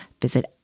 visit